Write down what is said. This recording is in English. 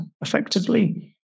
effectively